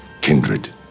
kindred